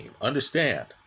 understand